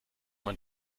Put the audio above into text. man